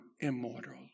immortal